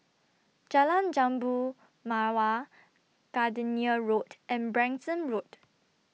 Jalan Jambu Mawar Gardenia Road and Branksome Road